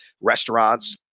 restaurants